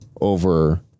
over